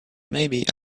maybe